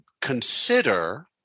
consider